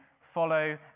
follow